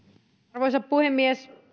arvoisa puhemies